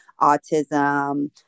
autism